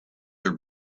are